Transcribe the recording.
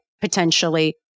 potentially